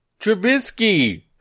Trubisky